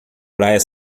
praia